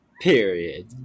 Period